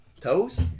Toes